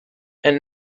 and